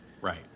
Right